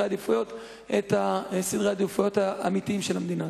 העדיפויות את סדרי העדיפויות האמיתיים של המדינה.